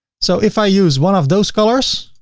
so if i use one of those colors